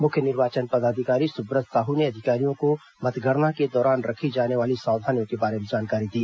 मुख्य निर्वाचन पदाधिकारी सुब्रत साहू ने अधिकारियों को मतगणना के दौरान रखी जाने वाली सावधानियों के बारे में जानकारी दी